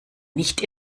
nicht